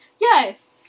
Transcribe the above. Yes